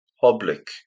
public